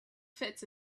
fits